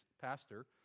pastor